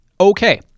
Okay